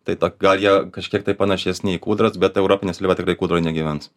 tai ta gal jie kažkiek tai panašesni į kūdras bet europinė seliava tikrai kūdroj negyvens